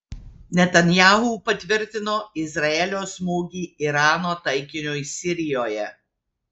netanyahu patvirtino izraelio smūgį irano taikiniui sirijoje